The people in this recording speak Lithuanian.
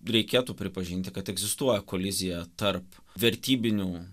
reikėtų pripažinti kad egzistuoja kolizija tarp vertybinių